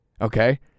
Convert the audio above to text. Okay